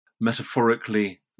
metaphorically